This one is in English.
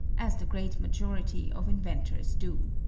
as the great majority of inventors do.